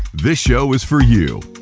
this show is for you.